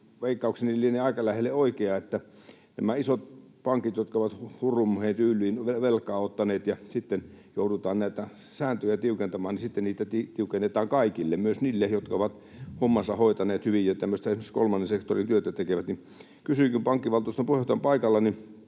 veikkaukseni lienee aika lähelle oikea, että kun nämä isot pankit ovat hurlumheityyliin velkaa ottaneet ja sitten joudutaan näitä sääntöjä tiukentamaan, niin niitä tiukennetaan kaikille, myös niille, jotka ovat hommansa hoitaneet hyvin ja esimerkiksi tämmöistä kolmannen sektorin työtä tekevät. Kysynkin, kun pankkivaltuuston puheenjohtaja on paikalla: